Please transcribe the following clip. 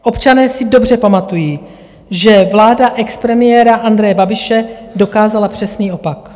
Občané si dobře pamatují, že vláda expremiéra Andreje Babiše dokázala přesný opak.